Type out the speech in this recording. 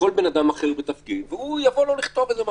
כל בן אדם אחר בתפקיד ויבוא לו לכתוב איזה משהו.